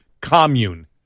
commune